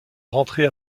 rentrer